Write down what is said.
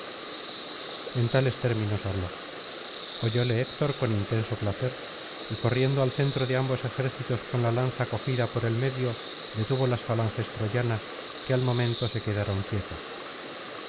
en tales términos habló oyóle héctor con intenso placer y corriendo al centro de ambos ejércitos coi la lanza cogida por el medio detuvo las falanges troyanas que al momento se quedaron quietas